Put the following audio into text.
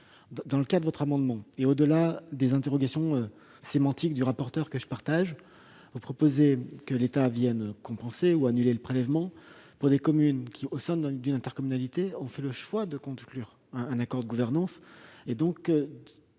obligatoire de l'augmentation subie. Au-delà des interrogations sémantiques de M. le rapporteur général, que je partage, vous proposez que l'État vienne compenser ou annuler le prélèvement pour des communes qui, au sein d'une intercommunalité, ont fait le choix de conclure un accord de gouvernance. Vous